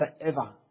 forever